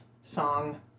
song